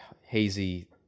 hazy